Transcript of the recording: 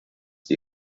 die